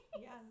Yes